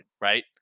right